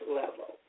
level